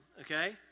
okay